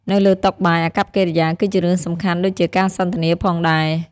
នៅលើតុបាយ អាកប្បកិរិយាគឺជារឿងសំខាន់ដូចជាការសន្ទនាផងដែរ។